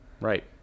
Right